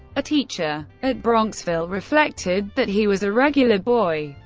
a teacher at bronxville reflected that he was a regular boy.